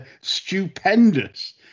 stupendous